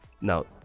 now